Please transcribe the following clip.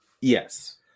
Yes